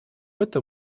этом